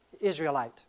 Israelite